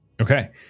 Okay